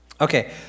okay